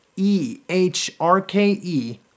E-H-R-K-E